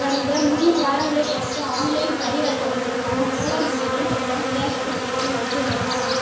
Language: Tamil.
கடந்த மூணு வாரங்களில் எனக்கு ஆன்லைன் பரிவர்த்தனைகளுக்கான ஹோலோ மணி மூலம் கேஷ் புக் எதுவும் வந்துள்ளதா